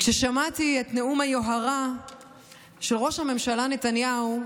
כששמעתי את נאום היוהרה של ראש הממשלה נתניהו,